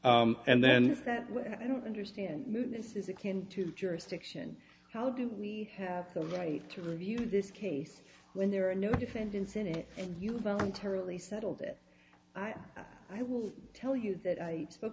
s and then i don't understand this is akin to jurisdiction how do we have the right to review this case when there are no defendants in it and you voluntarily settled it i will tell you that i spoke